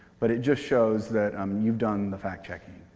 but it just shows that um and you've done the fact-checking.